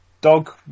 dog